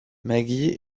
maggie